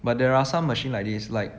but there are some machine like this like